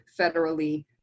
federally